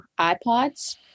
iPods